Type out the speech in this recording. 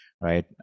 right